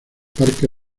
parque